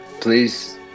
please